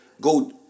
go